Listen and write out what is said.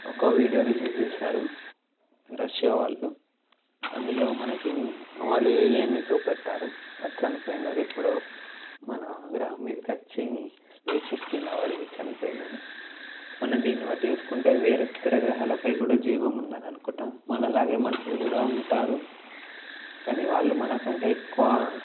ఒక video release చేశారు Russia వాళ్ళు అందులో మనకి వాళ్ళు ఏలియన్ని చూపెట్టారు అది చనిపోయిందది ఎప్పుడో మన గ్రహం మీదకి వచ్చి స్పేస్ షిప్ కింద పడి చనిపోయిందని మనం దీన్నిబట్టి చూసుకుంటే వేరే ఇతర గ్రహాలపై కూడా జీవం ఉందని అనుకుంటాం మనలాగే మనుషులు కూడా ఉంటారు కానీ వాళ్ళు మనకంటే ఎక్కువ